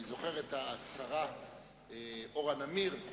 מי שיורה על "סוחוי" באקדח,